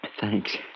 Thanks